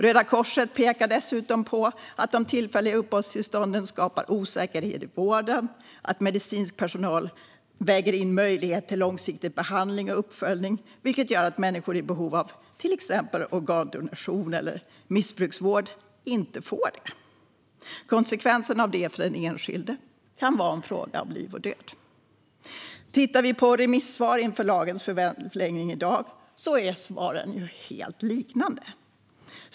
Röda Korset pekar dessutom på att de tillfälliga uppehållstillstånden skapar osäkerhet i vården. Medicinsk personal väger in möjlighet till långsiktig behandling och uppföljning, vilket gör att människor i behov av till exempel organdonation eller missbruksvård inte får det. Konsekvensen av det för den enskilde kan vara en fråga om liv eller död. Tittar vi på remissvar inför lagens förlängning i dag är svaren helt liknande.